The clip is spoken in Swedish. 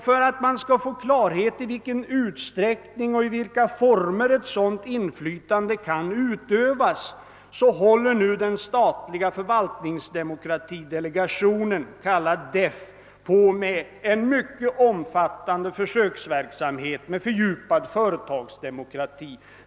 För att man skall få klarhet beträffande i vilken utsträckning och i vilka former ett sådan inflytande kan utövas håller nu den statliga förvaltningsdemokratidelegationen, kallad DEFF, på med en mycket omfattande försöksverksamhet med fördjupad företagsdemokrati.